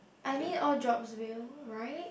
I mean all jobs will right